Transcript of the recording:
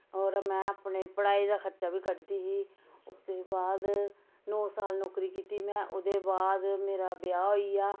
और मैं अपने पढ़ाई दा खर्चा वी कड्ढदी ही ओह्दे बाद नौ साल नौकरी कीती मैं ओह्दे बाद मेरा ब्याह् होई गेआ